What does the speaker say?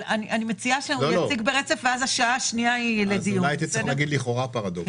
אולי הייתי צריך להגיד שזה לכאורה פרדוקס.